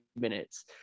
minutes